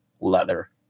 leather